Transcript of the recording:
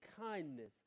kindness